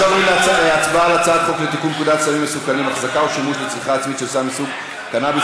ביחס לתוכניות שהופקדו או אושרו על-ידי מוסדות התכנון,